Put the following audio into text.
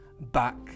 back